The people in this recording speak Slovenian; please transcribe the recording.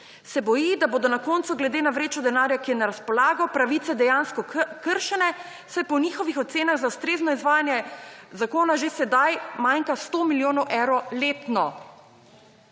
se boji, da bodo na koncu glede na vrečo denarja, ki je na razpolago, pravice dejansko kršene, saj po njihovih ocenah za ustrezno izvajanje zakona že sedaj manjka 100 milijonov evrov letno.